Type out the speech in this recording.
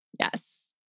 Yes